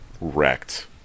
wrecked